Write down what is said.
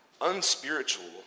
unspiritual